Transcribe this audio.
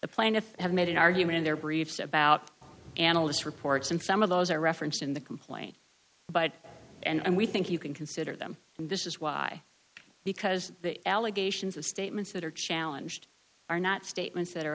the plaintiff have made an argument in their briefs about analyst reports and some of those are referenced in the complaint but and we think you can consider them and this is why because the allegations of statements that are challenged are not statements that are